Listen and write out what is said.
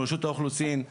רשות האוכלוסין,